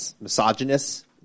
misogynist